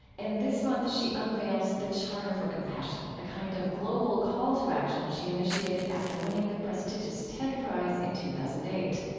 and this month she unveils the charter for compassion, a kind of global call to action she initiated after winning the prestigious ted prize in two thousand and eight.